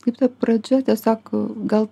kaip ta pradžia tiesiog gal